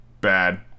bad